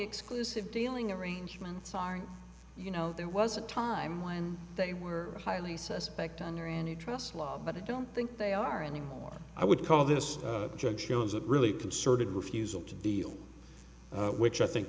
exclusive dealing arrangements are you know there was a time when they were highly suspect under any trust law but i don't think they are any more i would call this judge shows that really concerted refusal to deal which i think